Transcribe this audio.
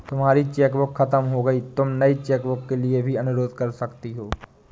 तुम्हारी चेकबुक खत्म हो गई तो तुम नई चेकबुक के लिए भी अनुरोध कर सकती हो